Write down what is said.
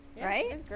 Right